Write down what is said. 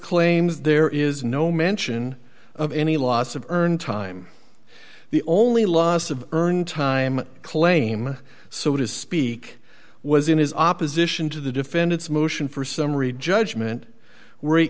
claims there is no mention of any loss of earned time the only loss of earn time claim so to speak was in his opposition to the defendant's motion for summary judgment